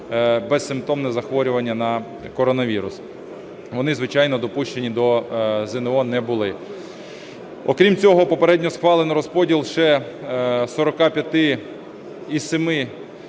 безсимптомне захворювання на коронавірус. Вони, звичайно, допущені до ЗНО не були. Окрім цього попередньо схвалено розподіл ще 45,7